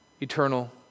eternal